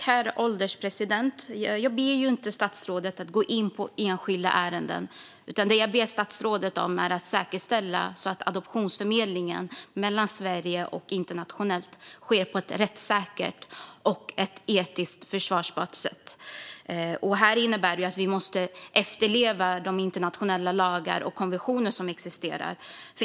Herr ålderspresident! Jag ber inte statsrådet att gå in på enskilda ärenden. Jag ber statsrådet säkerställa att internationell adoptionsförmedling sker på ett rättssäkert och etiskt försvarbart sätt i Sverige. Det innebär att vi måste efterleva de internationella lagarna och konventionerna.